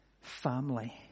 family